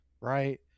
right